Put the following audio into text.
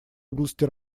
области